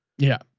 yeah.